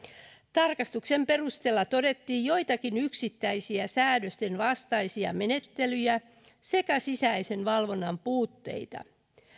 tarkastuksen perusteella todettiin joitakin yksittäisiä säädösten vastaisia menettelyjä sekä sisäisen valvonnan puutteita